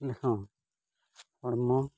ᱞᱮᱠᱷᱟᱱ ᱦᱚᱲᱢᱚ